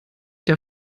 der